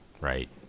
Right